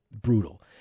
brutal